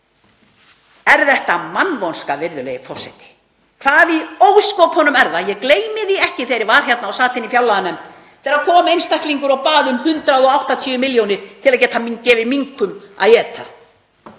Er þetta mannvonska, virðulegi forseti? Hvað í ósköpunum er það? Ég gleymi því ekki þegar ég sat í fjárlaganefnd þegar þangað kom einstaklingur og bað um 180 milljónir til að geta gefið minkum að éta.